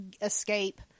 escape